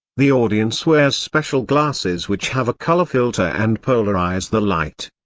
the audience wears special glasses which have a color filter and polarize the light.